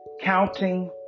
Counting